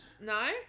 No